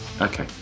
Okay